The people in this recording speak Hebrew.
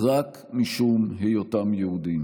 רק משום היותם יהודים.